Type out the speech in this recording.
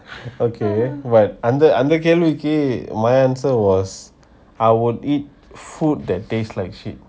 okay but அந்த அந்த கேவிக்கி:antha antha keaviki my answer was I will eat food that taste like shit